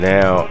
Now